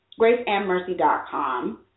graceandmercy.com